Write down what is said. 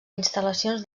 instal·lacions